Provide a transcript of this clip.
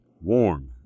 warm